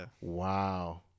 wow